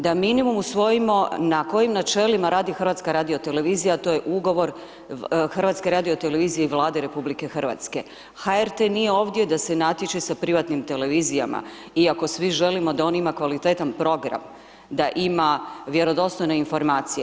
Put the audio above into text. Da minimum usvojimo na kojim načelima radi HRT to je ugovor HRT i Vlade RH, HRT nije ovdje da se natječe sa privatnim televizijama iako svi želimo da on ima kvalitetan program, da ima vjerodostojne informacije.